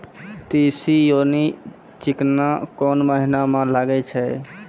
तीसी यानि चिकना कोन महिना म लगाय छै?